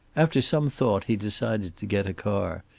after some thought he decided to get a car,